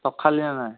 চব খালিনে নাই